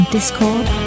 Discord